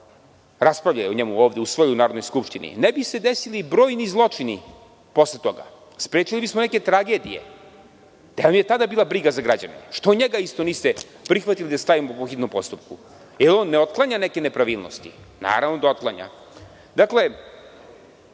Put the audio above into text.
raspravljali ovde o njemu u Narodnoj skupštini, usvojili ovde, ne bi se desili brojni zločini posle toga. Sprečili bismo neke tragedije. Gde vam je tada bila briga za građane? Što njega isto niste prihvatili da stavimo po hitnom postupku. Da li one ne otklanja neke nepravilnosti. Naravno da otklanja. Dakle,